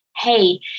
hey